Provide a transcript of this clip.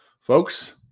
folks